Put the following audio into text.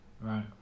Right